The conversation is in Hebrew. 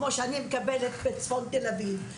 כמו שאני מקבלת בצפון תל אביב,